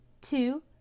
two